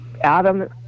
Adam